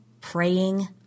praying